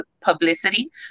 publicity